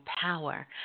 power